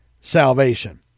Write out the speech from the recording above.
salvation